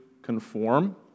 conform